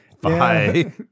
bye